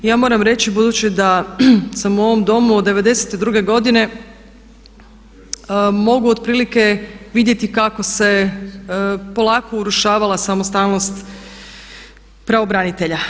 Ja moram reći budući da sam u ovom Domu od '92. godine mogu otprilike vidjeti kako se polako urušavala samostalnost pravobranitelja.